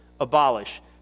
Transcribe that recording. abolish